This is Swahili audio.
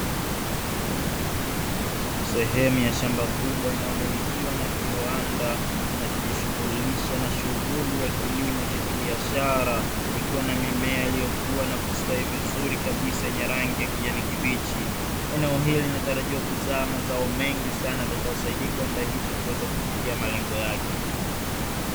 Sehemu ya shamba kubwa inayomilikiwa na kiwanda kinachojishughulisha na shughuli ya kilimo cha kibiashara, ikiwa na mimea iliyokuwa na kustawi vizuri kabisa yenye rangi ya kijani kibichi. Eneo hili linatarajiwa kuzaa mazao mengi sana yatakayosaidia kiwanda hicho kuweza kufikia malengo yake.